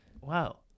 Wow